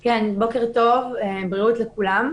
בוקר טוב, בריאות לכולם,